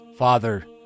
Father